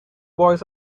boys